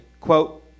quote